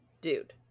Dude